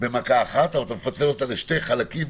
במכה אחת ואתה מצמצם אותה לשני חלקים.